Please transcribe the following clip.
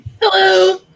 hello